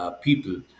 people